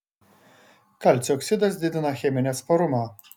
kalcio oksidas didina cheminį atsparumą